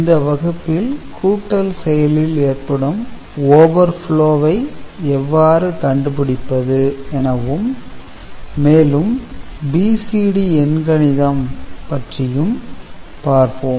இந்த வகுப்பில் கூட்டல் செயலில் ஏற்படும் overflow ஐ எவ்வாறு கண்டுபிடிப்பது எனவும் மேலும் BCD எண்கணிதம் பற்றியும் பார்ப்போம்